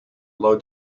low